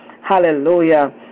Hallelujah